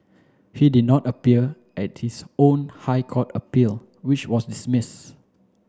he did not appear at his own High Court appeal which was dismiss